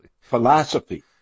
Philosophy